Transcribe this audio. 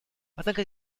однако